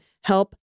help